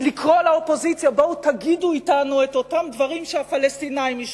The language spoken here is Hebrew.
לקרוא לאופוזיציה: בואו תגידו אתנו את אותם דברים שהפלסטינים ישמעו.